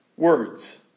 Words